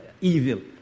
evil